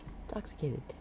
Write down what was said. intoxicated